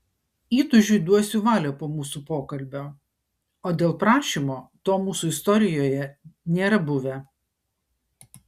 įtūžiui duosiu valią po mūsų pokalbio o dėl prašymo to mūsų istorijoje nėra buvę